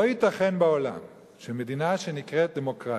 לא ייתכן בעולם שמדינה שנקראת "דמוקרטיה"